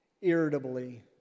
irritably